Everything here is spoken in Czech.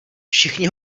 všichni